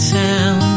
town